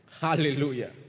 Hallelujah